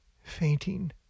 Fainting